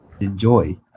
enjoy